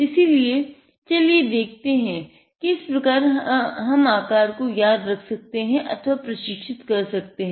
इसीलिए चलिए देखते हैं कि किस प्रकार हम आकार को याद रख सकते हैं अथवा प्रशिक्षित कर सकते हैं